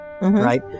right